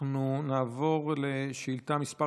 אנחנו נעבור לשאילתה מס'